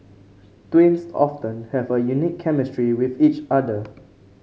twins often have a unique chemistry with each other